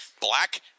Black